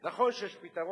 נכון שיש פתרון,